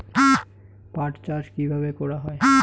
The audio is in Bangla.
পাট চাষ কীভাবে করা হয়?